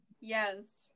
yes